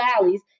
valleys